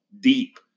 deep